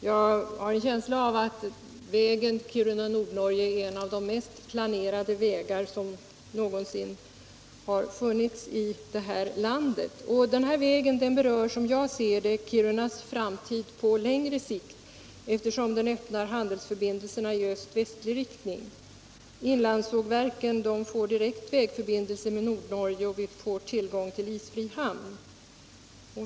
Jag har en känsla av att vägen Kiruna-Nordnorge är en av de mest planerade vägar som någonsin varit påtänkt i det här landet. Den här vägen berör, som jag ser det, Kirunas framtid på längre sikt, eftersom den öppnar handelsförbindelserna i öst-västlig riktning. Inlandssågverken får direkt vägförbindelse med Nordnorge och vi får tillgång till isfri hamn.